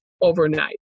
overnight